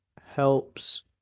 helps